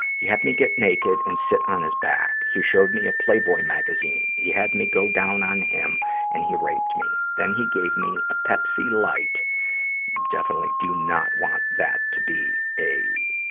he had me get naked and sit on his back. he showed me a playboy magazine. he had me go down on him and he raped me. then he gave me a pepsi light definitely do not want that to be a,